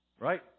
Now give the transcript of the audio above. Right